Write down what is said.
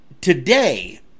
today